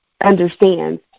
understands